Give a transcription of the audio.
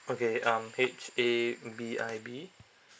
okay um HA B I B